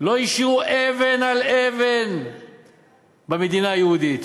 לא השאירו אבן על אבן במדינה היהודית,